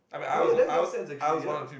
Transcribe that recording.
oh ya that makes sense actually ya